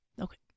Okay